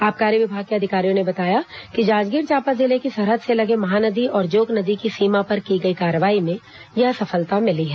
आबकारी विभाग के अधिकारियों ने बताया कि जांजगीर चांपा जिले की सरहद से लगे महानदी और जोंक नदी की सीमा पर की गई कार्रवाई में यह सफलता मिली है